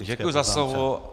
Děkuji za slovo.